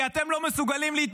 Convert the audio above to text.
כי אתם לא מסוגלים להתמודד,